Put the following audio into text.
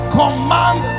command